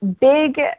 big